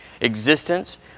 existence